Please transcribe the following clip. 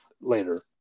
later